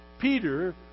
Peter